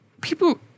People